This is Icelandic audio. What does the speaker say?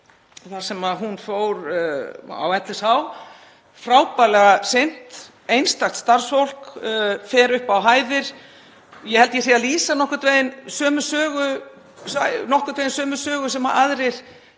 þar sem hún fór á LSH, frábærlega sinnt, einstakt starfsfólk, fer upp á hæðir. Ég held að ég sé að lýsa nokkurn veginn sömu sögu og önnur